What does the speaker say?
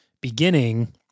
beginning